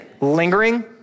lingering